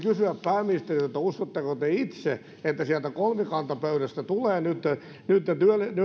voisin kysyä pääministeriltä uskotteko te itse että sieltä kolmikantapöydästä tulee nyt ne